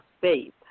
faith